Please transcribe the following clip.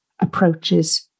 approaches